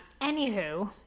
Anywho